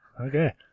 Okay